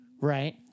Right